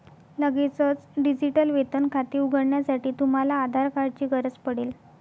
लगेचच डिजिटल वेतन खाते उघडण्यासाठी, तुम्हाला आधार कार्ड ची गरज पडेल